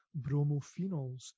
bromophenols